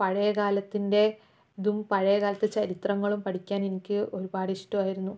പഴയ കാലത്തിൻ്റെതും പഴയ പഴയകാലത്തെ ചരിത്രങ്ങളും പഠിക്കാൻ എനിക്ക് ഒരുപാട് ഇഷ്ടമായിരുന്നു